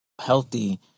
healthy